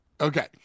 Okay